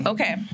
Okay